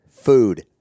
Food